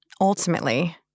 ultimately